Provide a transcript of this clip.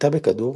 בעיטה בכדור,